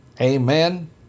Amen